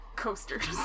coasters